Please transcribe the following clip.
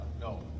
no